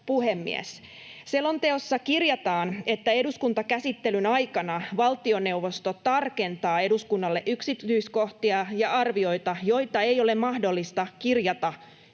puhemies! Selonteossa kirjataan, että eduskuntakäsittelyn aikana valtioneuvosto tarkentaa eduskunnalle yksityiskohtia ja arvioita, joita ei ole mahdollista kirjata